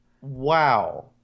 Wow